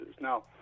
Now